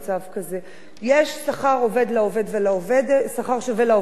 יש שכר שווה לעובד ולעובדת,